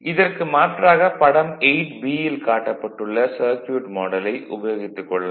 இதற்கு மாற்றாக படம் 8b ல் காட்டப்பட்டுள்ள சர்க்யூட் மாடலை உபயோகித்துக் கொள்ளலாம்